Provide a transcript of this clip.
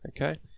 Okay